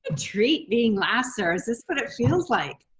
ah treat being last, or is this what it feels like?